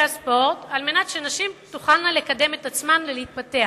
הספורט על מנת שנשים תוכלנה לקדם את עצמן ולהתפתח.